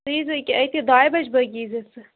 ژٕ ییٖزٕ أکہِ اکہِ ڈایہِ بجہِ بٲگۍ ییٖزِ ژٕ